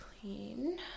clean